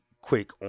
quick